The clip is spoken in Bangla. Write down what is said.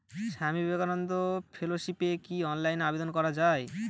স্বামী বিবেকানন্দ ফেলোশিপে কি অনলাইনে আবেদন করা য়ায়?